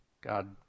God